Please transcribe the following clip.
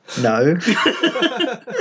No